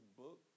book